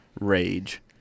rage